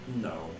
No